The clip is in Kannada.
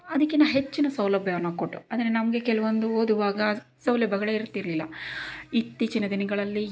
ಅದಕ್ಕಿನ್ನ ಹೆಚ್ಚಿನ ಸೌಲಭ್ಯವನ್ನು ಕೊಟ್ಟು ಅಂದರೆ ನಮಗೆ ಕೆಲವೊಂದು ಓದುವಾಗ ಸೌಲಭ್ಯಗಳೇ ಇರ್ತಿರಲಿಲ್ಲ ಇತ್ತೀಚಿನ ದಿನಗಳಲ್ಲಿ